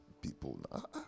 people